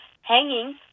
hanging